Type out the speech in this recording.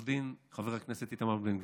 עו"ד חבר הכנסת איתמר בן גביר,